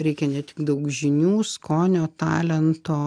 reikia ne tik daug žinių skonio talento